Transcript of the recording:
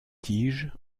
tiges